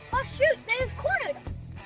oh shoot, they've cornered us!